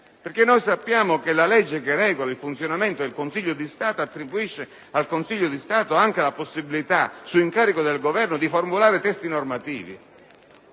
interviene? Sappiamo che la legge che regola il funzionamento del Consiglio di Stato attribuisce a tale organo anche la possibilità, su incarico del Governo, di formulare testi normativi.